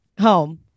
home